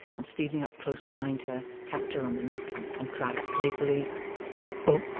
and stealing up close behind her, tapped her on the neck, and cried playfully boh!